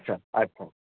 अच्छा अच्छा